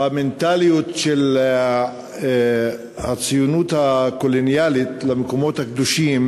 במנטליות של הציונות הקולוניאלית למקומות הקדושים,